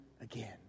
again